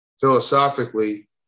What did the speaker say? Philosophically